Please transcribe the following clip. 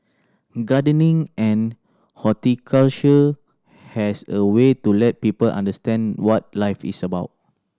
gardening and horticulture has a way to let people understand what life is about